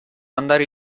andare